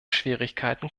schwierigkeiten